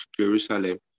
Jerusalem